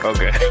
Okay